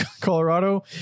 Colorado